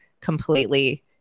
completely